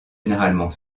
généralement